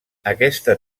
aquesta